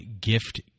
gift